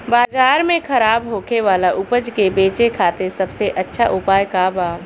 बाजार में खराब होखे वाला उपज के बेचे खातिर सबसे अच्छा उपाय का बा?